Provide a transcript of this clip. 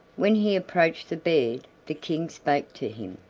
when he approached the bed the king spake to him